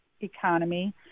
economy